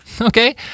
okay